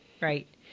right